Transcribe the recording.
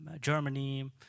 Germany